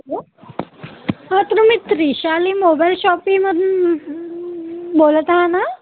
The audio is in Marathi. हॅलो हा तुम्ही त्रिशाली मोबाईल शॉपीमधून बोलत आहा ना